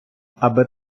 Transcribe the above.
аби